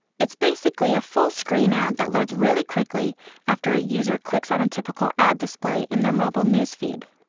it's basically a full screen ad that loads really quickly after a user clicks on a typical ad display in their mobile news feed.